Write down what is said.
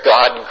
God